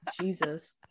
Jesus